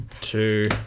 two